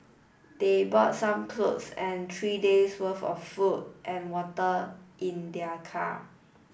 they brought some clothes and three days'worth of food and water in their car